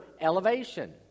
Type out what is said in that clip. elevation